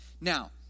Now